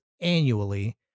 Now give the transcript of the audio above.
annually